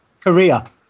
Korea